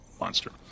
monster